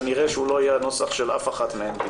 כנראה הוא לא יהיה נוסח זהה לאף אחת מהן.